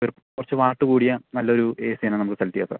വെറും കുറച്ച് വാട്ട് കൂടിയ നല്ലൊരു എ സിയാണ് നമ്മൾ സെലക്ട് ചെയ്യുക സാർ